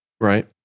right